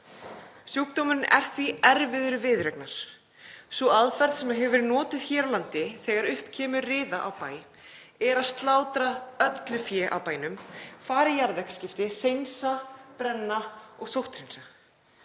sjúkdómurinn er því erfiður viðureignar. Sú aðferð sem hefur verið notuð hér á landi þegar upp kemur riða á bæ er að slátra öllu fé á bænum og fara í jarðvegsskipti; hreinsa, brenna og sótthreinsa.